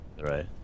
right